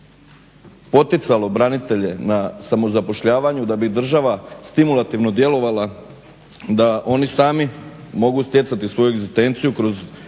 poticalo branitelje na samozapošljavanju, da bi država stimulativno djelovala da oni sami mogu stjecati svoju egzistenciju kroz